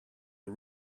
are